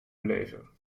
beleven